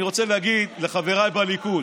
אני רוצה להגיד לחבריי בליכוד,